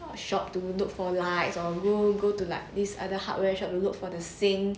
shop to look for lights or go go to like this other hardware shop will look for the sink